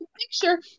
picture